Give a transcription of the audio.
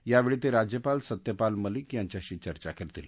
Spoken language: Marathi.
यावेळी ते राज्यपाल सत्यपाल मलिक यांच्याशी चर्चा करतील